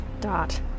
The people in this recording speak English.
Dot